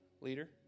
leader